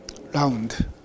round